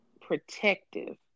protective